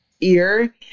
ear